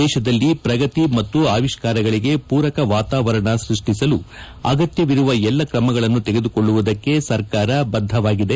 ದೇತದಲ್ಲಿ ಪ್ರಗತಿ ಮತ್ತು ಆವಿಷ್ಠಾರಗಳಿಗೆ ಪೂರಕ ವಾತಾವರಣ ಸೃಷ್ಷಿಸಲು ಅಗತ್ತವಿರುವ ಎಲ್ಲ ಕ್ರಮಗಳನ್ನು ತೆಗೆದುಕೊಳ್ಳುವುದಕ್ಕೆ ಸರ್ಕಾರ ಬದ್ದವಾಗಿದೆ